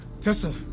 Tessa